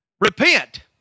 repent